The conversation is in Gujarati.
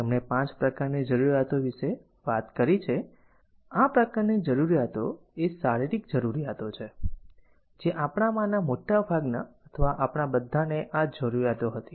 તેમણે 5 પ્રકારની જરૂરિયાતો વિશે વાત કરી છે આ પ્રકારની જરૂરિયાતો એ શારીરિક જરૂરિયાતો છે જે આપણામાંના મોટાભાગના અથવા આપણા બધાને આ જરૂરિયાતો હતી